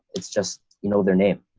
it's just you know their name.